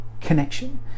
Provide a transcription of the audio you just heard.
connection